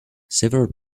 several